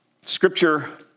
Scripture